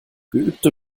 geübte